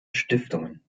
stiftungen